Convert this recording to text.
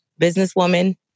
businesswoman